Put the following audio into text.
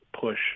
push